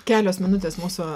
kelios minutės mūsų